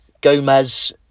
Gomez